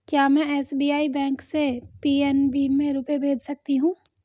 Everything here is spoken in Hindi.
क्या में एस.बी.आई बैंक से पी.एन.बी में रुपये भेज सकती हूँ?